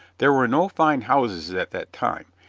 there were no fine houses at that time,